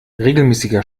regelmäßiger